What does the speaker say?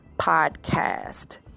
podcast